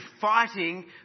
fighting